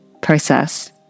process